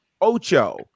Ocho